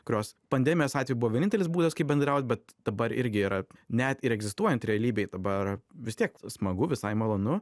kurios pandemijos atveju buvo vienintelis būdas kaip bendraut bet dabar irgi yra net ir egzistuojant realybei dabar vis tiek smagu visai malonu